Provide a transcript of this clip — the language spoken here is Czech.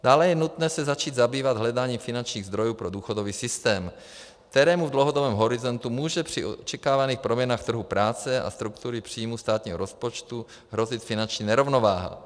Dále je nutné se začít zabývat hledáním finančních zdrojů pro důchodový systém, kterému v dlouhodobém horizontu může při očekávaných proměnách trhu práce a struktury příjmů státního rozpočtu hrozit finanční nerovnováha.